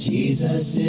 Jesus